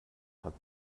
hat